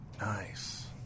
Nice